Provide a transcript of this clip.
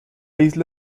isla